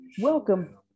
welcome